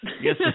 Yes